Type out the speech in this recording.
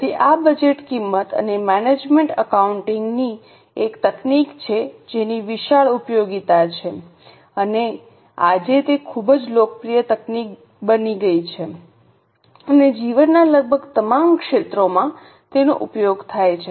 તેથી આ બજેટ કિંમત અને મેનેજમેન્ટ એકાઉન્ટિંગ ની એક તકનીક છે જેની વિશાળ ઉપયોગિતા છે અને આજે તે ખૂબ જ લોકપ્રિય તકનીક બની ગઈ છે અને જીવનના લગભગ તમામ ક્ષેત્રોમાં તેનો ઉપયોગ થાય છે